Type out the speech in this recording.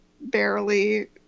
barely